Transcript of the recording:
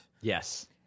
Yes